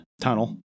tunnel